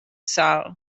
salt